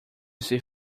ser